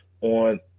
on